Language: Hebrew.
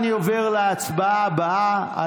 אני עובר להצבעה הבאה,